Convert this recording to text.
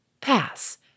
Pass